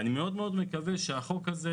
אני מאוד מקווה שהחוק הזה